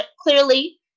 clearly